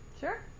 Sure